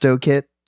kit